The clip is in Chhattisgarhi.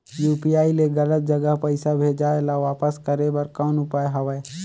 यू.पी.आई ले गलत जगह पईसा भेजाय ल वापस करे बर कौन उपाय हवय?